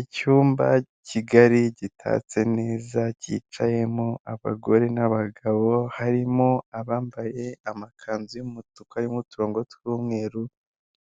Icyumba kigari gitatse neza cyicayemo abagore n'abagabo, harimo abambaye amakanzu y'umutuku harimo uturongo tw'umweru